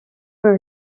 for